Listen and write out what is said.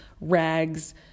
rags